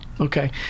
okay